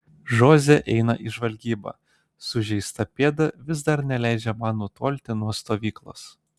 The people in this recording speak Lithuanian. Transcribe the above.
žoze eina į žvalgybą sužeista pėda vis dar neleidžia man nutolti nuo stovyklos